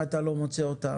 ולפעמים אתה לא מוצא אותם.